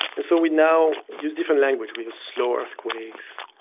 and so we now use different language, we use slow earthquakes,